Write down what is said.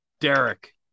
Derek